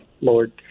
Lord